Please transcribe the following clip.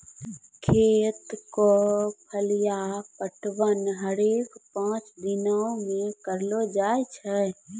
खेत क फलिया पटवन हरेक पांच दिनो म करलो जाय छै